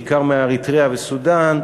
בעיקר מאריתריאה ומסודאן,